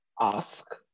ask